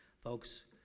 Folks